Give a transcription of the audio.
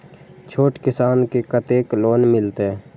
छोट किसान के कतेक लोन मिलते?